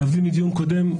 לשעון.